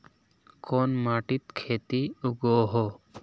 कोन माटित खेती उगोहो?